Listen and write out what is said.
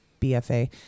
BFA